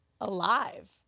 alive